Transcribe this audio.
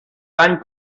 dany